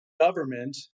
government